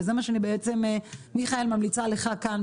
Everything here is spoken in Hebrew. וזה מה שאני ממליצה לך כאן,